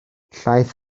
llaeth